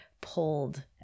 pulled